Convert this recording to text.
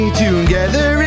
together